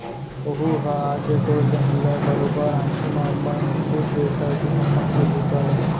ओहूँ ह आके तोर ले मिलय, बरोबर आंखी म अपन खुद देखय तुँहर मन के बूता ल